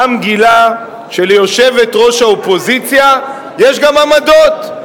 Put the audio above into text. העם גילה שליושבת-ראש האופוזיציה יש גם עמדות,